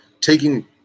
taking